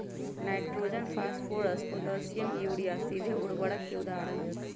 nitrogen, phosphorus, potassium, urea सीधे उर्वरक के उदाहरण हई